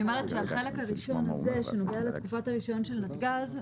אני אומרת שהחלק הראשון הזה שנוגע לתקופת הרישיון של נתג"ז,